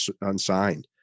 unsigned